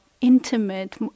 intimate